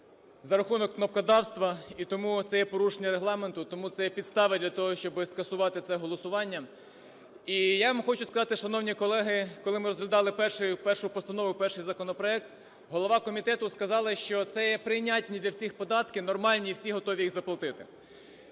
за рахунок кнопкодавства, і тому це є порушення Регламенту, тому це є підстава для того, щоби скасувати це голосування. І я вам хочу сказати, шановні колеги, коли ми розглядали першу постанову, перший законопроект, голова комітету сказала, що це є прийнятні для всіх податки, нормальні, і всі готові їх заплатити.